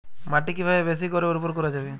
মাটি কিভাবে বেশী করে উর্বর করা যাবে?